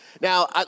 Now